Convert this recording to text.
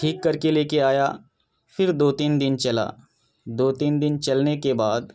ٹھیک کر کے لے کے آیا پھر دو تین دن چلا دو تین دن چلنے کے بعد